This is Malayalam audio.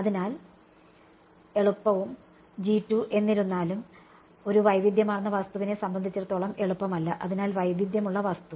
അതിനാൽ അതിനാൽ എളുപ്പവും എന്നിരുന്നാലും ഒരു വൈവിധ്യമാർന്ന വസ്തുവിനെ സംബന്ധിച്ചിടത്തോളം എളുപ്പമല്ല അതിനാൽ വൈവിധ്യമുള്ള വസ്തു